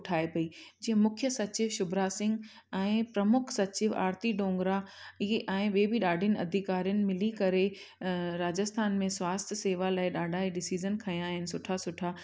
उठाए पई जीअं मुख्य सचिव शुभरा सिंह ऐं प्रमुख सचिव आरती डोंगरा ईअं ऐं उहे बि ॾाढी अधिकारनि मिली करे राजस्थान में स्वास्थ्य सेवा लाइ ॾाढा ऐं डिसिजन खंया आहिनि सुठा सुठा